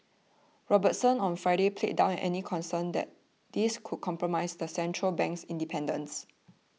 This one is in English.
robertson on Friday played down any concerns that this could compromise the central bank's independence